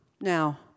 Now